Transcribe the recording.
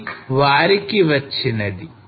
ఇది వారికి వచ్చినది